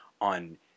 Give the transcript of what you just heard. on